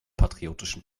patriotischen